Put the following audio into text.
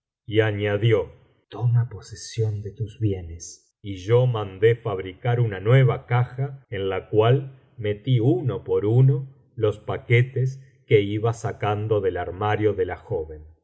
y añadió toma posesión de tus bienes y yo mandé fabricar una nueva caja en la cual metí uno por uno los paquetes que iba sacando del armario de la joven